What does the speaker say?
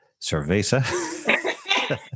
cerveza